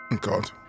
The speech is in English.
God